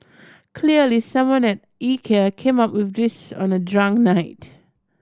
clearly someone at Ikea came up with this on a drunk night